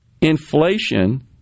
inflation